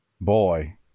boy